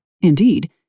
Indeed